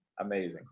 amazing